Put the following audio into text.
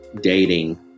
dating